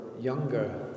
younger